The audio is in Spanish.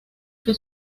que